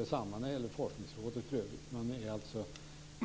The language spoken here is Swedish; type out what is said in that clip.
Detsamma gäller för övrigt forskningsrådet. Man är alltså